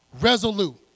resolute